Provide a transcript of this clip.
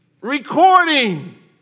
recording